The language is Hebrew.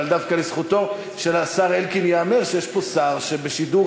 אבל דווקא לזכותו של השר אלקין ייאמר שיש פה שר שבשידור